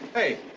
hey,